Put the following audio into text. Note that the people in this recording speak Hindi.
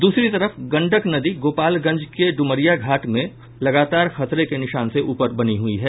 दूसरी तरफ गंडक नदी गोपालगंज के ड्मरिया घाट में लगातार खतरे के निशान के ऊपर बनी हुयी है